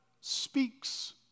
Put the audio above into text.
speaks